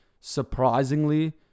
surprisingly